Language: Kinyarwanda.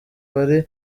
bari